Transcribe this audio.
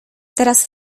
teraz